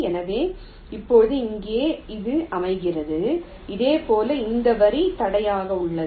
எனவே இப்போது இங்கே அது அமைக்கிறது இதேபோல் இந்த வரி தடையாக உள்ளது